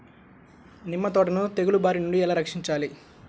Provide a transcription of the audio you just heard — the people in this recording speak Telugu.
నిమ్మ తోటను తెగులు బారి నుండి ఎలా రక్షించాలి?